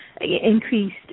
increased